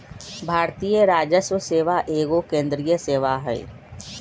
भारतीय राजस्व सेवा एगो केंद्रीय सेवा हइ